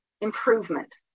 improvement